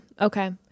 Okay